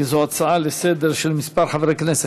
כי זו הצעה לסדר-היום של כמה חברי כנסת.